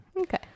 Okay